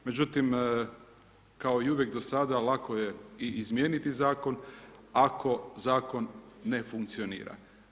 Međutim kao i uvijek do sada, lako je i izmijeniti zakon ako zakon ne funkcionira.